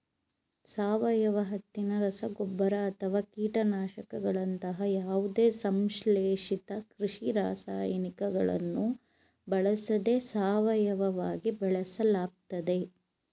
ಸಾವಯವ ಹತ್ತಿನ ರಸಗೊಬ್ಬರ ಅಥವಾ ಕೀಟನಾಶಕಗಳಂತಹ ಯಾವುದೇ ಸಂಶ್ಲೇಷಿತ ಕೃಷಿ ರಾಸಾಯನಿಕಗಳನ್ನು ಬಳಸದೆ ಸಾವಯವವಾಗಿ ಬೆಳೆಸಲಾಗ್ತದೆ